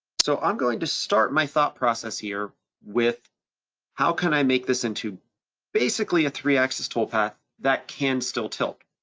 so i'm going to start my thought process here with how can i make this into basically a three axis toolpath that can still tilt.